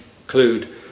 include